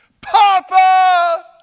Papa